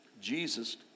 Jesus